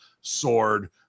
sword